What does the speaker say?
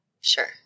sure